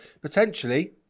potentially